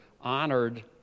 honored